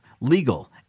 legal